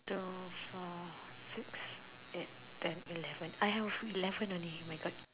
two four six eight ten eleven I have eleven only my God